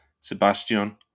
Sebastian